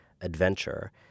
adventure